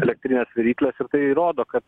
elektrines virykles ir tai rodo kad